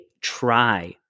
try